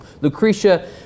Lucretia